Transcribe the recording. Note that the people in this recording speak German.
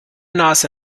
nase